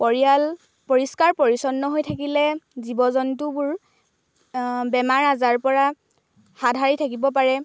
পৰিয়াল পৰিষ্কাৰ পৰিচ্ছন্ন হৈ থাকিলে জীৱ জন্তুবোৰ বেমাৰ আজাৰৰ পৰা হাত সাৰি থাকিব পাৰে